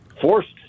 forced